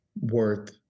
worth